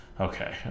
Okay